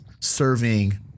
serving